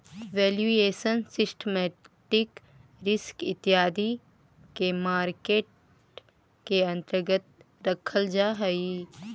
valuation, systematic risk इत्यादि के market के अंतर्गत रखल जा हई